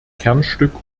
kernstück